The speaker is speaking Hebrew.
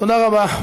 תודה רבה.